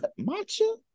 matcha